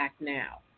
now